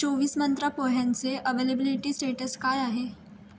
चोवीस मंत्रा पोह्यांचे availability status काय आहे